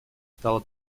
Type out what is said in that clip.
стало